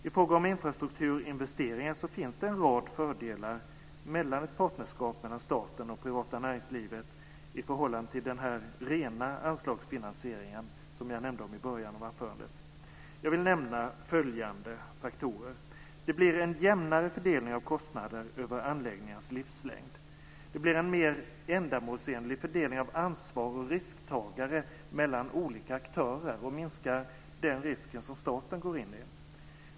I fråga om infrastrukturinvesteringar finns det en rad fördelar med ett partnerskap mellan staten och det privata näringslivet i förhållande till den rena anslagsfinansieringen som jag nämnde i början av anförandet. Jag vill nämna följande faktorer: Det blir en jämnare fördelning av kostnader över anläggningens livslängd. Det blir en mer ändamålsenlig fördelning av ansvar och risktagande mellan olika aktörer. Det minskar den risk som staten går in i.